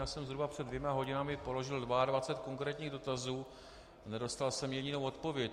Já jsem zhruba před dvěma hodinami položil 22 konkrétních dotazů a nedostal jsem jedinou odpověď.